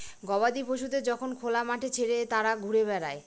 গবাদি পশুদের যখন খোলা মাঠে ছেড়ে তারা ঘুরে বেড়ায়